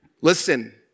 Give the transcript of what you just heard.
Listen